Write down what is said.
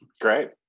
Great